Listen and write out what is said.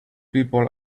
people